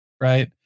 Right